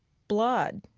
blood.